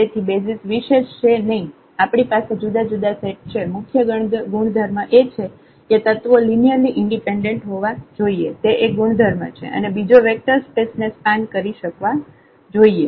તેથી બેસિઝ વિશેષ છે નહિ આપણી પાસે જુદા જુદા સેટ છે મુખ્ય ગુણધર્મ એ છે કે તત્વો લિનિયરલી ઈન્ડિપેન્ડેન્ટ હોવા જોઈએ તે એક ગુણધર્મ છે અને બીજો વેક્ટર સ્પેસ ને સ્પાન કરી શકવા જોઈએ